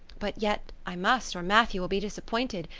but yet i must, or matthew will be disappointed.